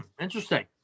Interesting